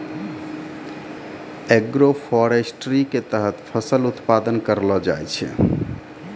agroforestry के तहत फसल उत्पादन करलो जाय छै